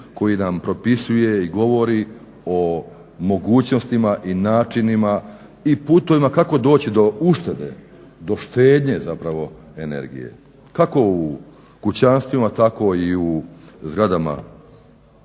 koji nam propisuje i govori o mogućnostima i načinima i putevima kako doći do uštede, do štednje energije, kako u kućanstvima tako i u zgradama